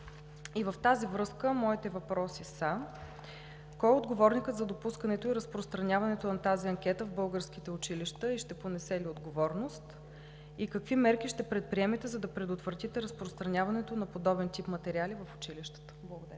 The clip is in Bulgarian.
И в тази връзка моите въпроси са: кой е отговорникът за допускането и разпространяването на тази анкета в българските училища и ще понесе ли отговорност? Какви мерки ще предприемете, за да предотвратите разпространяването на подобен тип материали в училищата? Благодаря.